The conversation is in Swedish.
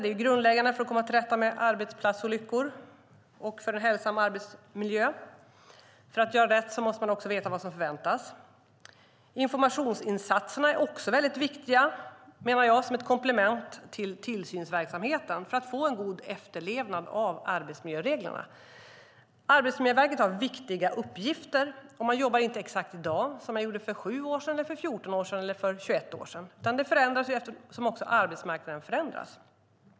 Det är grundläggande för att komma till rätta med arbetsplatsolyckor och för hälsa och arbetsmiljö. För att göra rätt måste man också veta vad som förväntas. Informationsinsatserna är också väldigt viktiga som ett komplement till tillsynsverksamheten för att få en god efterlevnad av arbetsmiljöreglerna. Arbetsmiljöverket har viktiga uppgifter. Man jobbar inte i dag på exakt samma sätt som man gjorde för 7, 14 eller 21 år sedan, utan det förändras eftersom också arbetsmarknaden förändras.